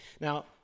now